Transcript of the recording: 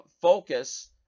focus